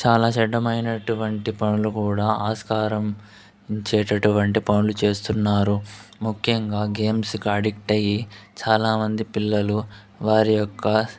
చాలా చెడ్డమైనటువంటి పనులు కూడా ఆస్కారం ఇచ్చేటటువంటి పనులు చేస్తున్నారు ముఖ్యంగా గేమ్స్కి అడిక్ట్ అయ్యి చాలామంది పిల్లలు వారి యొక్క